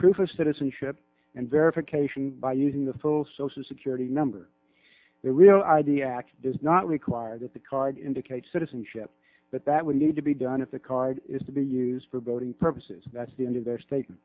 proof of citizenship and if occasion by using the full social security number the real i d act does not require that the card indicate citizenship but that would need to be done if the card is to be used for voting purposes that's the end of their state